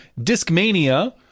Discmania